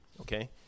Okay